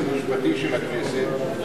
ומהיועץ המשפטי של הכנסת,